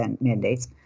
mandates